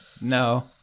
No